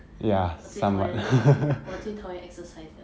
我最讨厌我最讨厌 exercise 了